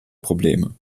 probleme